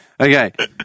Okay